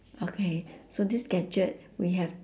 okay so this gadget we have